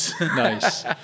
Nice